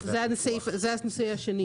זה הסעיף השני.